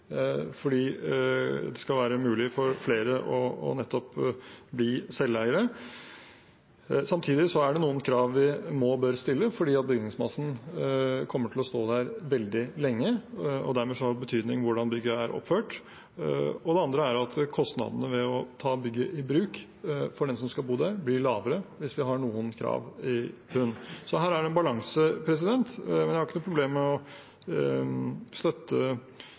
det skal være mulig for flere å bli selveiere. Samtidig er det noen krav vi må og bør stille fordi bygningsmassen kommer til å stå der veldig lenge. Dermed har det betydning hvordan bygget er oppført. Det andre er at kostnadene ved å ta bygget i bruk for den som skal bo der, blir lavere hvis vi har noen krav i bunnen. Så her er det en balanse, men jeg har ikke noe problem med å støtte